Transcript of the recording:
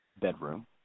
bedroom